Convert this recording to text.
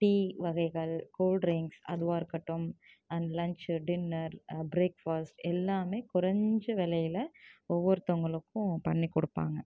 tea வகைகள் cool drinks அதுவாக இருக்கட்டும் and lunch dinner breakfast எல்லாமே குறஞ்ச விலையில ஒவ்வொருத்தவங்களுக்கும் பண்ணிகொடுப்பாங்க